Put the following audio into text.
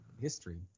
history